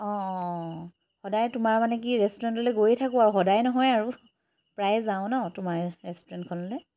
অঁ অঁ সদায় তোমাৰ মানে কি ৰেষ্টুৰেণ্টলৈ গৈয়ে থাকোঁ আৰু সদায় নহয় আৰু প্ৰায়ে যাওঁ ন তোমাৰ ৰেষ্টুৰেণ্টখনলৈ